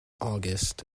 august